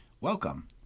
welcome